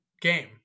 game